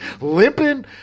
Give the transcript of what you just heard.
limping